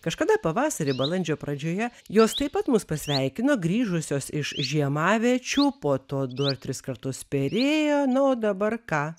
kažkada pavasarį balandžio pradžioje jos taip pat mus pasveikino grįžusios iš žiemaviečių po to du ar tris kartus perėjo na o dabar ką